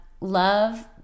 love